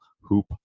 Hoop